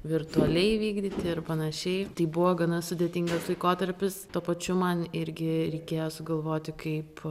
virtualiai vykdyti ir panašiai tai buvo gana sudėtingas laikotarpis tuo pačiu man irgi reikėjo sugalvoti kaip